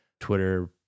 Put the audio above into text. Twitter